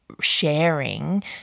sharing